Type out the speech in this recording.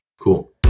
Cool